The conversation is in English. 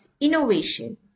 innovation